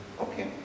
Okay